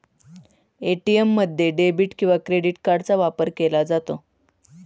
ATM मध्ये debit किंवा credit कार्डचा वापर केला जातो